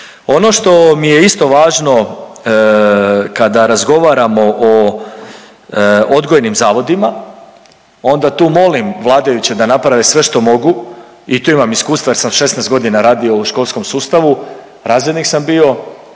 Ono što mi je isto važno kada razgovaramo o odgojnim zavodima onda tu molim vladajuće da naprave sve što mogu i tu imam iskustva jer sam 16.g. radio u školskom sustavu, razrednik sam bio,